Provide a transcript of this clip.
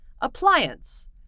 Appliance